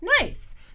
Nice